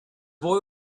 boy